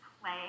play